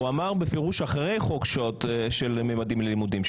הוא אמר בפירוש אחרי חוק ממדים ללימודים,